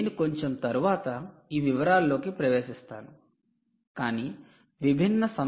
నేను కొంచెం తరువాత ఈ వివరాల్లోకి ప్రవేశిస్తాను కాని విభిన్న సంస్కరణలు ఉన్నాయి